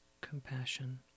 compassion